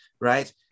right